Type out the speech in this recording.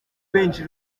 benshi